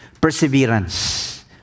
perseverance